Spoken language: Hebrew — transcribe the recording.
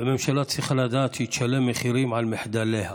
הממשלה צריכה לדעת שהיא תשלם מחירים על מחדליה,